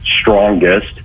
strongest